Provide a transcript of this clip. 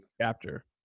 chapter